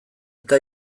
eta